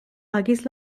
agis